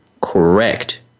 correct